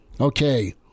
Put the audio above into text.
Okay